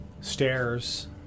stairs